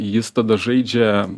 jis tada žaidžia